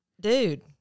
dude